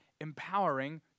empowering